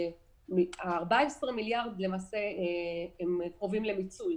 ה-14 מיליארד למעשה קרובים למיצוי.